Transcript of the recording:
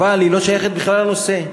אבל היא לא שייכת בכלל לנושא.